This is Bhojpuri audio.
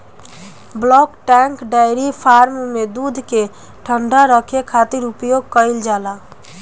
बल्क टैंक डेयरी फार्म में दूध के ठंडा रखे खातिर उपयोग कईल जाला